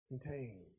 contain